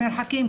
המרחקים,